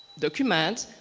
document.